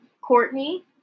Courtney